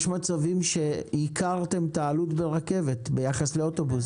יש מצבים שייקרתם את העלות ברכבת ביחס לאוטובוס.